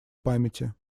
памяти